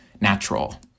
natural